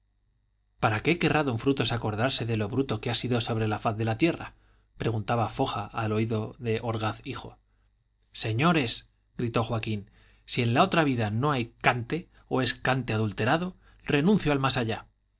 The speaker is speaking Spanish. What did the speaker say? para qué querrá don frutos acordarse de lo bruto que ha sido sobre la haz de la tierra preguntaba foja al oído de orgaz hijo señores gritó joaquín si en la otra vida no hay cante o es cante adulterado renuncio al más allá